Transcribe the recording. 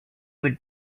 would